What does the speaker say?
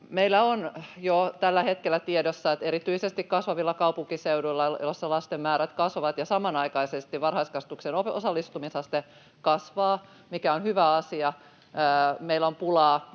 Meillä on jo tällä hetkellä tiedossa, että erityisesti kasvavilla kaupunkiseuduilla, joissa lasten määrät kasvavat ja samanaikaisesti varhaiskasvatuksen osallistumisaste kasvaa — mikä on hyvä asia —, meillä on pulaa